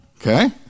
Okay